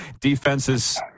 defenses